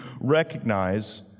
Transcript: recognize